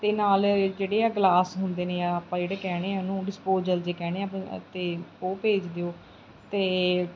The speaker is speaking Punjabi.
ਅਤੇ ਨਾਲ ਜਿਹੜੇ ਆ ਗਲਾਸ ਹੁੰਦੇ ਨੇ ਆਪਾਂ ਜਿਹੜੇ ਕਹਿੰਦੇ ਹਾਂ ਉਹਨੂੰ ਡਿਸਪੋਜਲ ਜੇ ਕਹਿੰਦੇ ਹਾਂ ਅਤੇ ਉਹ ਭੇਜ ਦਿਓ ਅਤੇ